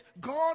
God